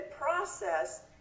process